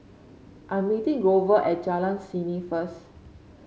I'm meeting Grover at Jalan Seni first